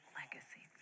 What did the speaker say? legacy